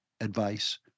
advice